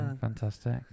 fantastic